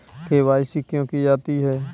KYC क्यों की जाती है?